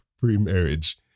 pre-marriage